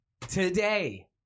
Today